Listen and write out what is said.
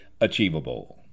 achievable